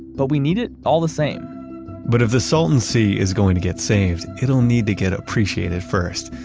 but we need it all the same but if the salton sea is going to get saved, it'll need to get appreciated first.